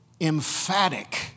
emphatic